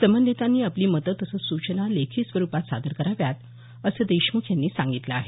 संबधीतांनी आपली मतं तसंच सूचना लेखी स्वरुपात सादर कराव्यात असं देशमुख यांनी सांगितलं आहे